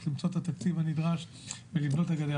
למצוא את התקציב הנדרש ולבנות את הגדר.